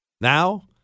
Now